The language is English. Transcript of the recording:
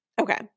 Okay